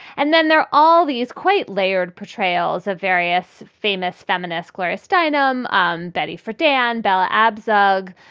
and then there are all these quite layered portrayals of various famous feminist gloria steinem, um betty, for dan bella abzug,